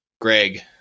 Greg